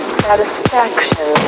satisfaction